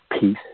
peace